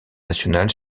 national